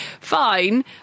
fine